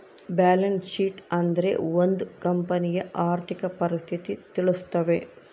balance sheet ಅಂದ್ರೆ ಒಂದ್ ಕಂಪನಿಯ ಆರ್ಥಿಕ ಪರಿಸ್ಥಿತಿ ತಿಳಿಸ್ತವೆ